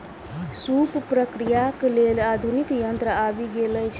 सूप प्रक्रियाक लेल आधुनिक यंत्र आबि गेल अछि